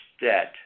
debt